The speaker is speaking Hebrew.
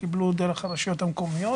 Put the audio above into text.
קיבלו דרך הרשויות המקומיות.